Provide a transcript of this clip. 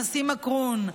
הנשיא מקרון,